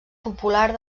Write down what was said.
popular